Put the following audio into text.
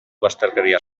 bazterkeria